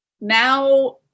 now